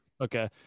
Okay